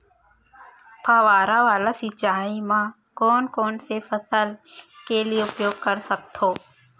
फवारा वाला सिंचाई मैं कोन कोन से फसल के लिए उपयोग कर सकथो?